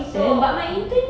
so mm